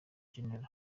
general